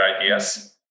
ideas